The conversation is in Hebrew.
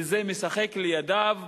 וזה משחק לידיו,